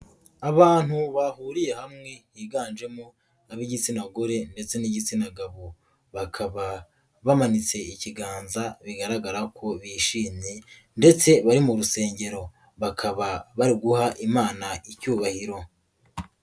Abantu bahuriye hamwe yiganjemo ab'igitsina gore ndetse n'igitsina gabo bakaba bamanitse ikiganza bigaragara ko bishimye ndetse bari mu rusengero, bakaba bari guha Imana icyubahiro.